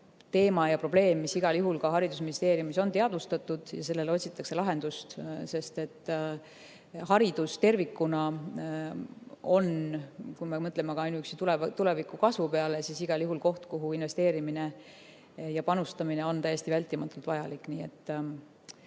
teema ja probleem, mida igal juhul ka haridusministeeriumis on teadvustatud ja sellele otsitakse lahendust, sest haridus tervikuna on, kui me mõtleme ka ainuüksi tuleviku kasvu peale, igal juhul koht, kuhu investeerimine ja panustamine on täiesti vältimatult vajalik. Seda